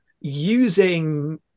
using